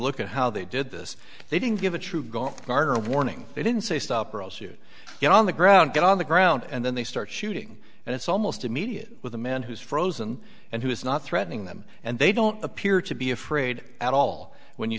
look at how they did this they didn't give a true gone martyr a warning they didn't say stop or i'll shoot you on the ground get on the ground and then they start shooting and it's almost immediate with a man who's frozen and who is not threatening them and they don't appear to be afraid at all when you